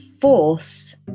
fourth